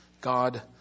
God